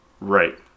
Right